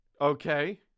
Okay